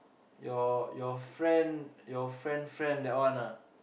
your your friend your friend friend that one ah